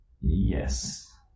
Yes